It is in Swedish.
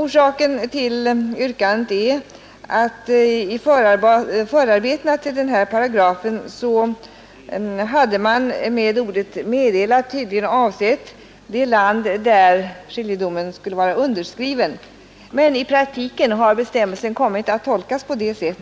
Orsaken till yrkandet är att i förarbetena till denna paragraf har man med ordet ”meddelad” tydligen avsett det land där skiljedomen skulle vara underskriven. Men i praktiken har bestämmelsen kommit att tolkas så